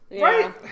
right